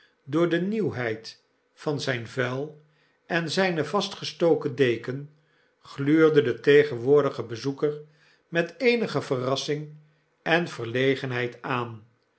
door de nieuwheid van zijn vuil en zyne vastgestoken deken gluurde den tegenwoordigen bezoeker met eenige verrassing en verlegenheid aan